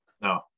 no